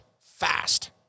fast